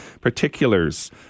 particulars